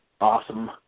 awesome